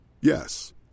Yes